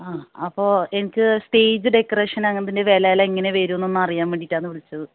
ആഹ് അപ്പോൾ എനിക്ക് stage decoration അതിൻ്റെ വില എല്ലാം എങ്ങനെ വരുമെന്ന് ഒന്ന് അറിയാൻ വേണ്ടിയിട്ടാണ് വിളിച്ചത്